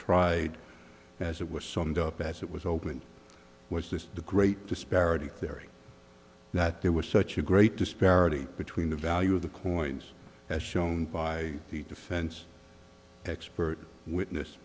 tried as it was summed up as it was open was this the great disparity theory that there was such a great disparity between the value of the coins as shown by the defense expert witness